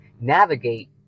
navigate